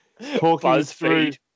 BuzzFeed